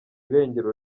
irengero